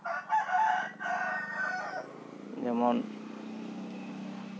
ᱡᱮᱢᱚᱱ